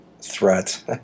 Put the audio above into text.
threat